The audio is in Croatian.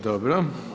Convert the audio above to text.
Dobro.